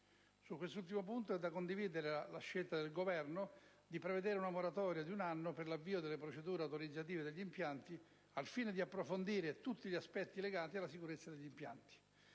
Su quest'ultimo punto è da condividere la scelta del Governo di prevedere una moratoria di un anno per l'avvio delle procedure autorizzative degli impianti, al fine di approfondire tutti gli aspetti legati alla sicurezza degli impianti.